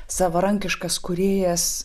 savarankiškas kūrėjas